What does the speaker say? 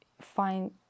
find